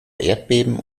erdbeben